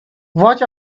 watch